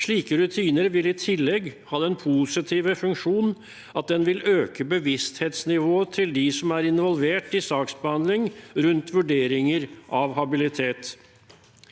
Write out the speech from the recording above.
Slike rutiner vil i tillegg ha den positive funksjon at de vil øke bevissthetsnivået til de som er involvert i saksbehandling rundt vurderinger av habilitet.